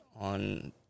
on